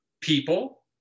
people